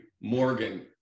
Morgan